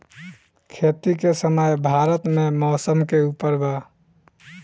खेती के समय भारत मे मौसम के उपर बा